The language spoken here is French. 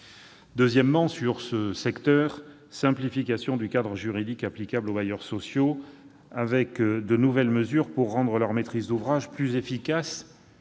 ailleurs, nous souhaitons la simplification du cadre juridique applicable aux bailleurs sociaux, avec de nouvelles mesures pour rendre leur maîtrise d'ouvrage plus efficace